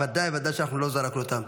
ודאי ובוודאי שאנחנו לא זרקנו אותם.